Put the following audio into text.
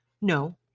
No